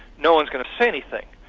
no-one's going to say anything.